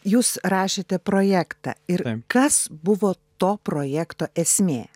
jūs rašėte projektą ir kas buvo to projekto esmė